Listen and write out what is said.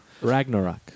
Ragnarok